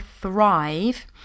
thrive